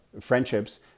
friendships